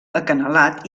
acanalat